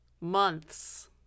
months